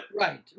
right